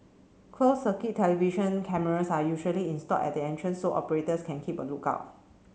closed circuit television cameras are usually installed at the entrance so operators can keep a look out